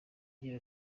agira